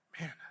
man